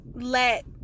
let